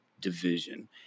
Division